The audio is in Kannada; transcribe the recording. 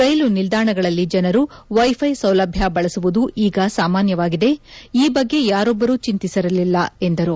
ರೈಲು ನಿಲ್ದಾಣಗಳಲ್ಲಿ ಜನರು ವೈಫೈ ಸೌಲಭ್ಯ ಬಳಸುವುದು ಈಗ ಸಾಮಾನ್ಯವಾಗಿದೆ ಈ ಬಗ್ಗೆ ಯಾರೊಬ್ಬರೂ ಚಿಂತಿಸಿರಲಿಲ್ಲ ಎಂದರು